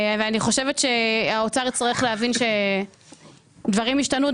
אני חושבת שהאוצר יצטרך להבין שדברים ישתנו.